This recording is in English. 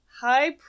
High